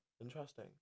interesting